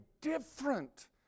different